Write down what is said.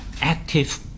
active